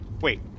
Wait